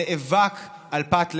נאבק על פת לחם.